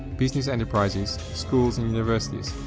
business enterprises, schools and universities,